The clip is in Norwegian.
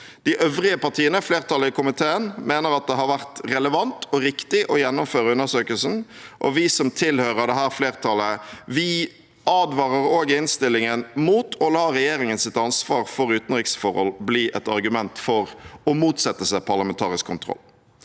De øvrige partiene – flertallet i komiteen – mener det har vært relevant og riktig å gjennomføre undersøkelsen, og vi som tilhører dette flertallet, advarer også i innstillingen mot å la regjeringens ansvar for utenriksforhold bli et argument for å motsette seg parlamentarisk kontroll.